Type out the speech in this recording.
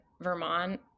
Vermont